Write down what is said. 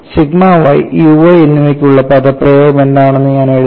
sigma y u y എന്നിവയ്ക്കുള്ള പദപ്രയോഗം എന്താണെന്ന് ഞാൻ എഴുതാം